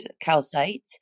calcite